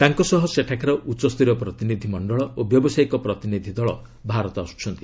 ତାଙ୍କ ସହ ସେଠାକାର ଉଚ୍ଚସ୍ତରୀୟ ପ୍ରତିନିଧି ମଣ୍ଡଳ ଓ ବ୍ୟବସାୟିକ ପ୍ରତିନିଧି ଦଳ ଭାରତ ଆସୁଛନ୍ତି